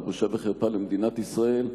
הוא בושה וחרפה למדינת ישראל,